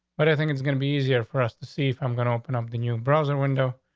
but i think it's gonna be easier for us to see if i'm going to open up the new brother window.